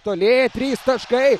toli trys taškai